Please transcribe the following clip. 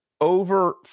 over